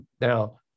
Now